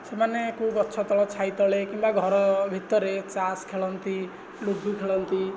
ସେମାନେ କେଉଁ ଗଛ ତଳ ଛାଇ ତଳେ କିମ୍ବା ଘର ଭିତରେ ତାସ୍ ଖେଳନ୍ତି ଲୁଡୁ ଖେଳନ୍ତି